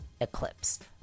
eclipsed